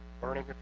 burning